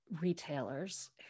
retailers